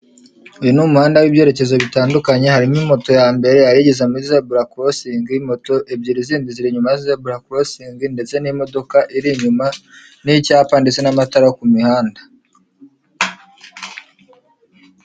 Uyu ni umuhanda w'ibyerekezo bitandukanye harimo moto ya mbere, hari igeze muri zebura korosingi, moto ebyiri zindi ziri inyuma ya zebura korosingi, ndetse n'imodoka iri inyuma, n'icyapa ndetse n'amatara yo ku mihanda.